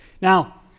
Now